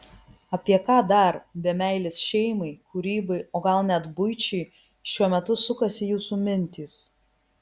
apie ką dar be meilės šeimai kūrybai o gal net buičiai šiuo metu sukasi jūsų mintys